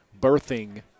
birthing